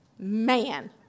Man